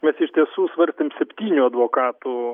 mes iš tiesų svarstėm septynių advokatų